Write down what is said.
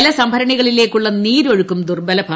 ജലസംഭരണിയിലേക്കുള്ള നീരൊഴുക്കും ദുർബലമായി